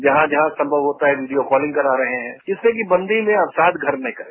जहां जहां संभव होता है वीडियो कॉलिंग करा रहे हैं जिससे कि बंदी में अवसाद घर न करे